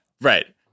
Right